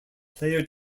player